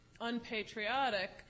unpatriotic